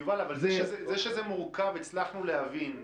יובל, זה שזה מורכב הצלחנו להבין.